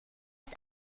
ist